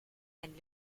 and